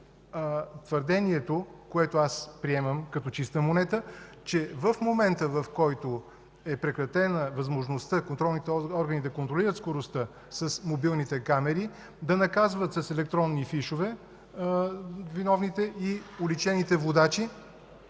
твърдението, което приемам като чиста монета, че в момента, в който е прекратена възможността контролните органи да контролират скоростта с мобилните камери, да наказват с електронни фишове виновните и уличените водачи,